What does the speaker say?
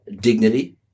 dignity